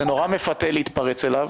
זה נורא מפתה להתפרץ לדבריו.